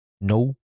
no